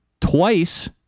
Twice